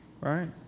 right